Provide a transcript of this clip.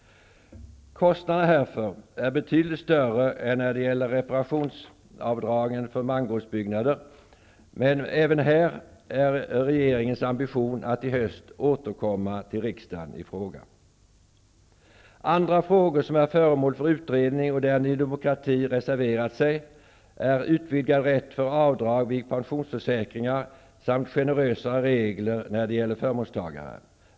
Kostnaderna härför är betydligt större än kostnaderna för reparationsavdragen för mangårdsbyggnader, men även i denna fråga är det regeringens ambition att i höst återkomma till riksdagen. Andra frågor som är föremål för utredning och där Ny demokrati reserverat sig är en utvidgning av rätten för avdrag vid pensionsförsäkringar samt generösare regler för förmånstagare.